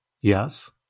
yes